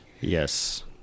Yes